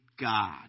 God